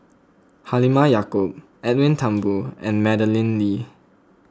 Halimah Yacob Edwin Thumboo and Madeleine Lee